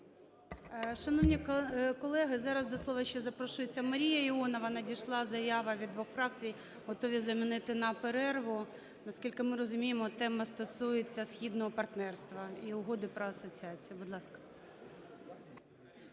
Шановні колеги, зараз до слова ще запрошується Марія Іонова. Надійшла заява від двох фракцій, готові замінити на перерву. Наскільки ми розуміємо, тема стосується "Східного партнерства" і Угоди про асоціацію. Будь ласка.